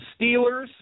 Steelers